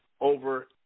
over